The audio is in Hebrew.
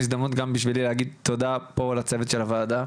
זו הזדמנות בשבילי להגיד תודה פה לצוות של הוועדה.